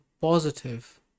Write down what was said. positive